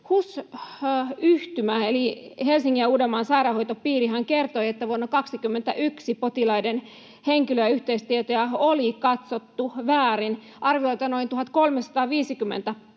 HUS-yhtymä eli Helsingin ja Uudenmaan sairaanhoitopiirihän kertoi, että vuonna 21 potilaiden henkilö- ja yhteystietoja oli katsottu väärin. Arviolta noin 1 350 asiakasta